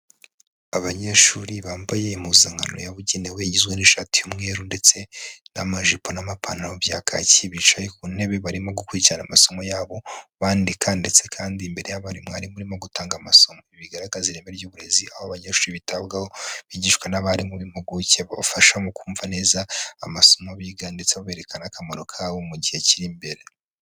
Abanyeshuri bambaye impuzankano yabugenewe igizwe n'ishati y'umweru ndetse n'amajipo n'amapantaro bya kaki. Bicaye ku ntebe barimo gukurikirana amasomo yabo bandika, ndetse kandi imbere yabo hariho umwarimu urimo gutanga amasomo. Bigaragaza ireme ry'uburezi, aho abanyeshuri bitabwaho bigishwa n'abarimu b'impuguke, bafasha mu kumva neza amasomo biga, ndetse babereka n'akamaro kawo mu gihe kiri imbere.